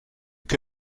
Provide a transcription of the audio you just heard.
que